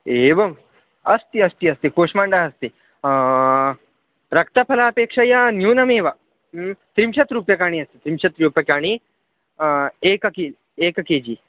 एवम् अस्ति अस्ति अस्ति कूष्माण्डः अस्ति रक्तफलापेक्षया न्यूनमेव त्रिंशद्रूप्यकाणि अस्ति त्रिंशद्रूप्यकाणि एक के एक केजि